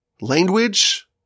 language